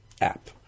app